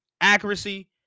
accuracy